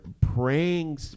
praying